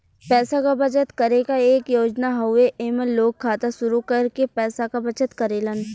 पैसा क बचत करे क एक योजना हउवे एमन लोग खाता शुरू करके पैसा क बचत करेलन